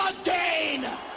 again